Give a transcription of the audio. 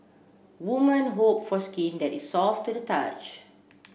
woman hope for skin that is soft to the touch